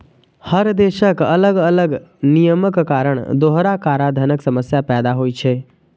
हर देशक अलग अलग नियमक कारण दोहरा कराधानक समस्या पैदा होइ छै